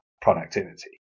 productivity